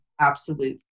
absolute